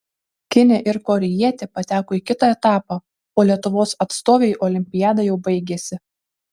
kinė ir korėjietė pateko į kitą etapą o lietuvos atstovei olimpiada jau baigėsi